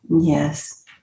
Yes